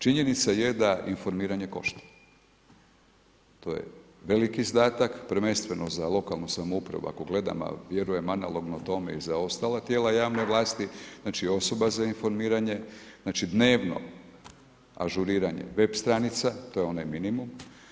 Činjenica je da informiranje košta, to je veliki izdatak, prvenstveno za lokalnu samouprave, ako gledam, ali vjerujem i analogno tome i za ostala tijela javne vlasti, znači osoba za informiranje, znači, dnevno ažuriranje web stranica, to je onaj minimum.